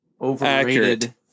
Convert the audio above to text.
Overrated